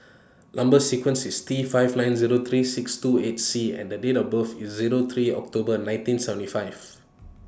Number sequence IS T five nine Zero three six two eight C and The Date of birth IS Zero three October nineteen seventy five